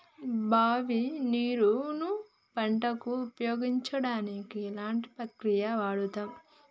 బావి నీరు ను పంట కు ఉపయోగించడానికి ఎలాంటి ప్రక్రియ వాడుతం?